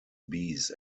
bees